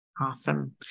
Awesome